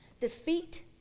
defeat